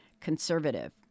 conservative